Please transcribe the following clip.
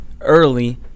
early